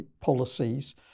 policies